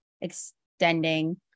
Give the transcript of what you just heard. extending